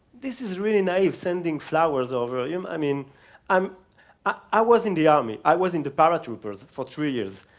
this is really naive, sending flowers over, ah um i mean um i was in the army. i was in the paratroopers for three years,